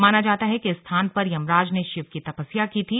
माना जाता है कि इस स्थान पर यमराज ने शिव की तपस्या की थी